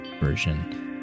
version